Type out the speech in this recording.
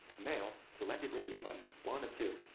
male selected radio button, one of two.